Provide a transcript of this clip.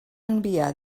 enviar